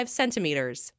centimeters